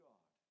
God